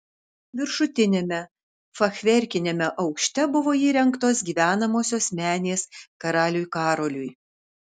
viršutiniame fachverkiniame aukšte buvo įrengtos gyvenamosios menės karaliui karoliui